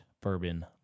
Bourbon